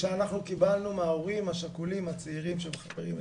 שאנחנו קיבלנו מההורים השכולים הצעירים שהם חברים אצלנו.